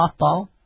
softball